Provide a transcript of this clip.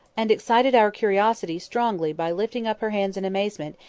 and excited our curiosity strongly by lifting up her hands in amazement,